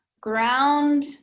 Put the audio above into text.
ground